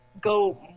go